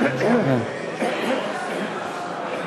הוא יושב במקום שלי.